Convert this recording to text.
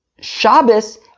Shabbos